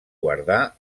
guardar